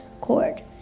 cord